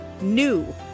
NEW